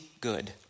good